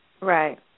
Right